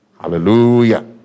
Hallelujah